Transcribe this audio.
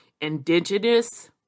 indigenous